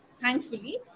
thankfully